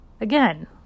Again